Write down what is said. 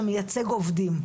מייצגים את העובדים,